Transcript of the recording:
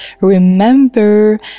Remember